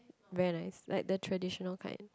very nice like the traditional kind